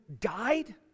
died